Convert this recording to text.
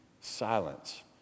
silence